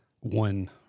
One